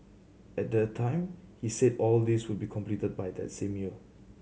at the time he said all these would be completed by that same year